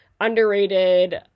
underrated